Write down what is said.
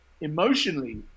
emotionally